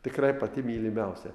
tikrai pati mylimiausia